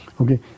Okay